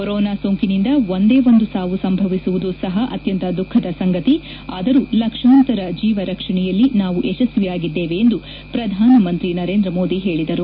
corona ಸೋಂಕಿನಿಂದ ಒಂದೇ ಒಂದು ಸಾವು ಸಂಭವಿಸುವುದೂ ಸಹ ಅತ್ಯಂತ ದುಃಖದ ಸಂಗತಿ ಆದರೂ ಲಕ್ಷಾಂತರ ಜೀವ ರಕ್ಷಣೆಯಲ್ಲಿ ನಾವು ಯಶಸ್ವಿಯಾಗಿದ್ದೇವೆ ಎಂದು ಶ್ರಧಾನ ಮಂತ್ರಿ ನರೇಂದ್ರ ಮೋದಿ ಹೇಳದರು